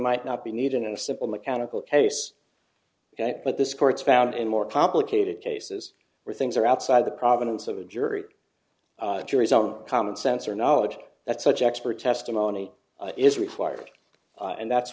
might not be needed in a simple mechanical case but this court's found in more complicated cases where things are outside the province of a jury jury's own common sense or knowledge that such expert testimony is required and that's